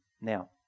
Now